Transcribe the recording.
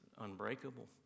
unbreakable